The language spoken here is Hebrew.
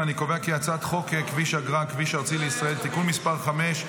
אני קובע כי הצעת חוק כביש אגרה (כביש ארצי לישראל) (תיקון מס' 5),